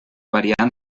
variant